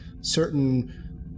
certain